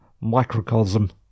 microcosm